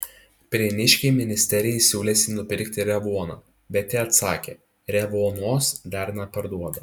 prieniškiai ministerijai siūlėsi nupirkti revuoną bet ji atsakė revuonos dar neparduoda